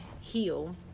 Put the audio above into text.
heal